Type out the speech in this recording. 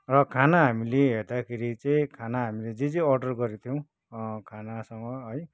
र खाना हामीले हेर्दाखेरि चाहिँ खाना हामीले जे जे अर्डर गरेको थियौँ खानासँग है